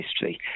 history